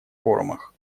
форумах